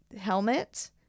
helmet